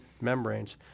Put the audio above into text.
membranes